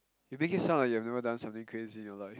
you make it sound like you've never done something crazy in your life